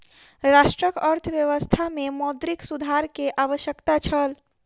राष्ट्रक अर्थव्यवस्था में मौद्रिक सुधार के आवश्यकता छल